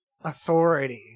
authority